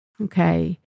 okay